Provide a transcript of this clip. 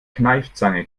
kneifzange